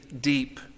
deep